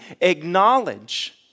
acknowledge